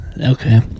okay